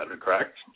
correct